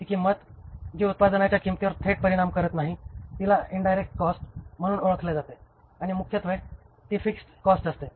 ती किंमत जी उत्पादनाच्या किंमतीवर थेट परिणाम करत नाही तिला इंडायरेक्ट कॉस्ट म्हणून ओळखली जाते आणि मुख्यत्वे ती फिक्स्ड कॉस्ट असते